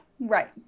Right